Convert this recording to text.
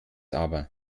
aber